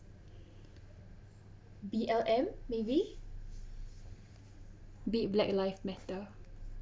B_L_M maybe be~ black lives matter